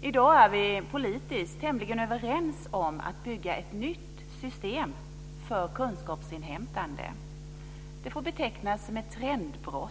I dag är vi politiskt tämligen överens om att bygga ett nytt system för kunskapsinhämtande. Det får betecknas som ett trendbrott.